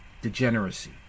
degeneracy